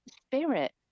spirit